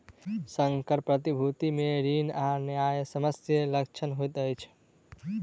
संकर प्रतिभूति मे ऋण आ न्यायसम्य लक्षण होइत अछि